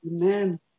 Amen